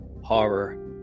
Horror